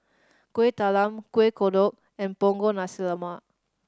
Kueh Talam Kuih Kodok and Punggol Nasi Lemak